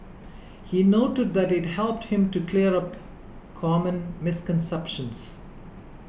he noted that it helped him to clear up common misconceptions